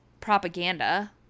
propaganda